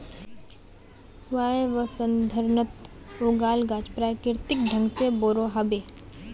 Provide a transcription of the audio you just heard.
वायवसंवर्धनत उगाल गाछ प्राकृतिक ढंग से बोरो ह बे